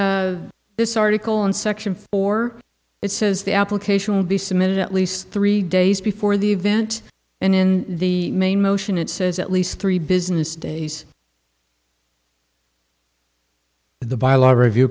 on this article in section four it says the application will be submitted at least three days before the event and in the main motion it says at least three business days the by a lot of review